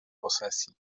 posesji